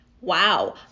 Wow